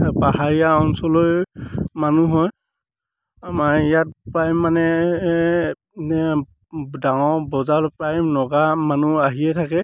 এই পাহাৰীয়া অঞ্চললৈ মানুহ হয় আমাৰ ইয়াত প্ৰায় মানে ডাঙৰ বজাৰ প্ৰায় নগা মানুহ আহিয়ে থাকে